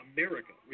America